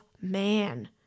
man